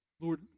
Lord